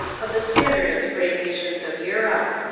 of the standard of the great nations of europe.